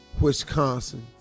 Wisconsin